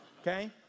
okay